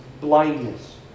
blindness